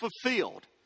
fulfilled